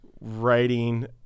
writing